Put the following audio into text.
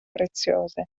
preziose